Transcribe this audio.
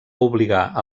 obligar